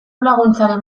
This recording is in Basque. laguntzaren